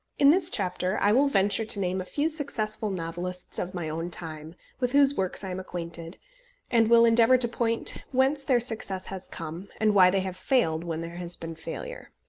in this chapter i will venture to name a few successful novelists of my own time with whose works i am acquainted and will endeavour to point whence their success has come, and why they have failed when there has been failure.